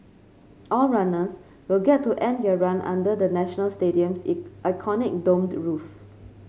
all runners will get to end their run under the National Stadium's iconic domed roof